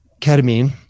Ketamine